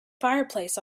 fireplace